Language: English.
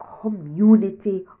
community